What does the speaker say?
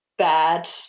bad